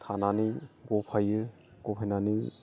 थानानै गफायो गहोनानै